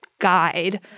guide